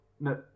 no